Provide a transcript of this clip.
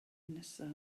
nesaf